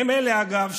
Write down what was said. אגב,